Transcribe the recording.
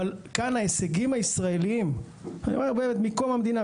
אבל ההישגים הישראליים כאן מקום המדינה,